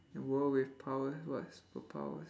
world with powers what's superpowers